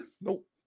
nope